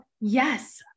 yes